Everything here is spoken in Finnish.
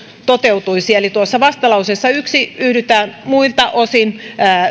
toteutuisi eli tuossa vastalauseessa yhteen yhdytään muilta osin